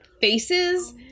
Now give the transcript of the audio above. faces